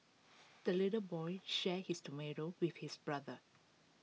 the little boy shared his tomato with his brother